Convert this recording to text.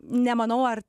nemanau ar